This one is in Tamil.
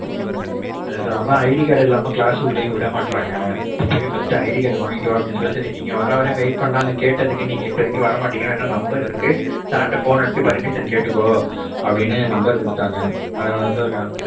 சரி சார் அதான் ஐடி கார்டு இல்லாமல் க்ளாஸு உள்ளயும் விட மாட்டுறாங்க நீ போய் ஃபஸ்ட்டு ஐடி கார்டை வாங்கிட்டு வா அப்படின் சொல்லி சரி நீங்கள் வர வரையும் வெய்ட் பண்ணலாம் அங்கே கேட்டதுக்கு நீங்கள் இப்பதிக்கு வர மாட்டிங்க வேணா நம்பர் இருக்கு சார்கிட்ட ஃபோன் அடிச்சி பர்மிஷன் கேட்டுக்கோ அப்படின்னு நம்பர் கொடுத்தாங்க அதனால் தான் சார் கால் பண்ணேன்